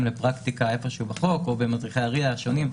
לפרקטיקה בחוק או במדריכי ה-RIA השונים.